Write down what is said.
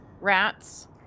rats